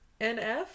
NF